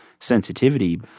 sensitivity